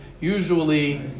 usually